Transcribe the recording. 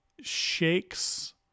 shakes